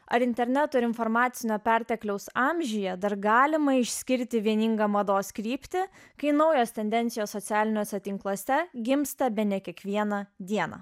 ar interneto ir informacinio pertekliaus amžiuje dar galima išskirti vieningą mados kryptį kai naujos tendencijos socialiniuose tinkluose gimsta bene kiekvieną dieną